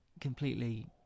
completely